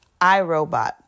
iRobot